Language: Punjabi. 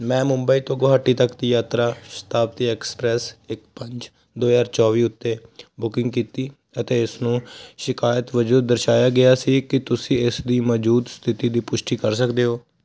ਮੈਂ ਮੁੰਬਈ ਤੋਂ ਗੁਹਾਟੀ ਤੱਕ ਦੀ ਯਾਤਰਾ ਸ਼ਤਾਬਦੀ ਐਕਸਪ੍ਰੈਸ ਇੱਕ ਪੰਜ ਦੋ ਹਜ਼ਾਰ ਚੌਵੀ ਉੱਤੇ ਬੁਕਿੰਗ ਕੀਤੀ ਅਤੇ ਇਸ ਨੂੰ ਸ਼ਿਕਾਇਤ ਵਜੋਂ ਦਰਸਾਇਆ ਗਿਆ ਸੀ ਕੀ ਤੁਸੀਂ ਇਸ ਦੀ ਮੌਜੂਦ ਸਥਿਤੀ ਦੀ ਪੁਸ਼ਟੀ ਕਰ ਸਕਦੇ ਹੋ